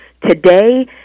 today